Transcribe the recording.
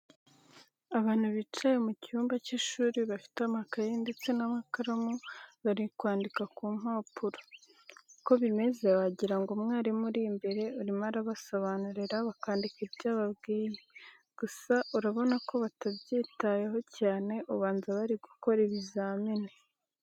Abantu bicaye mu cyumba cy'ishuri bafite amakaye ndetse n'amakaramu bari kwandika ku mpapuro. Uko bimeze wagira ngo hari umwarimu uri imbere urimo arabasobanurira bakandika ibyo ababwiye. Gusa urabona ko babyitayeho cyane ubanza bari gukora ibizamini.